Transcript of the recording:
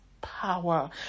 power